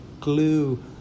glue